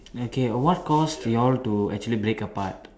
okay what cause you all to actually break apart